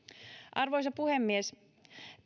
arvoisa puhemies